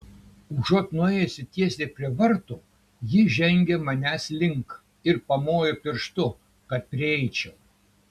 užuot nuėjusi tiesiai prie vartų ji žengė manęs link ir pamojo pirštu kad prieičiau